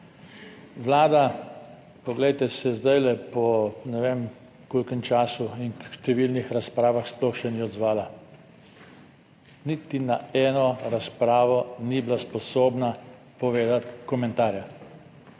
Vlada, poglejte, se zdajle po ne vem kolikem času in številnih razpravah sploh še ni odzvala, niti na eno razpravo ni bila sposobna povedati komentarja.